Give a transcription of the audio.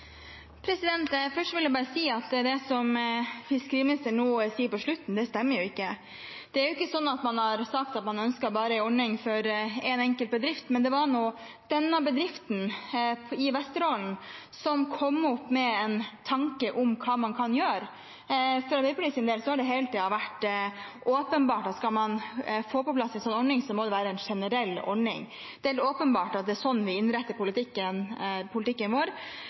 ikke sånn at man har sagt at man bare ønsker en ordning for én enkelt bedrift, men det var nå denne bedriften i Vesterålen som kom opp med en tanke om hva man kan gjøre. For Arbeiderpartiets del har det hele tiden vært åpenbart at skal man få på plass en sånn ordning, må det være en generell ordning. Det er helt åpenbart at det er sånn vi innretter politikken vår,